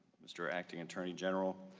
mr. acting attorney general.